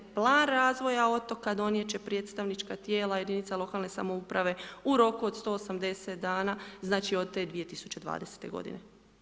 Plan razvoja otoka, donijet će predstavnička tijela jedinica lokalne samouprave u roku od 180 dana, znači od te 2020.-te godine.